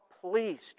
pleased